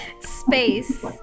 Space